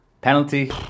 Penalty